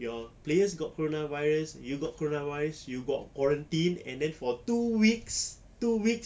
your players got corona virus you got corona virus you got quarantine and then for two weeks two weeks